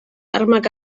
armak